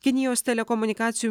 kinijos telekomunikacijų